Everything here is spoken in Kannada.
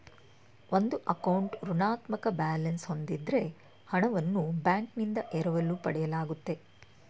ಒಂದು ಅಕೌಂಟ್ ಋಣಾತ್ಮಕ ಬ್ಯಾಲೆನ್ಸ್ ಹೂಂದಿದ್ದ್ರೆ ಹಣವನ್ನು ಬ್ಯಾಂಕ್ನಿಂದ ಎರವಲು ಪಡೆಯಲಾಗುತ್ತೆ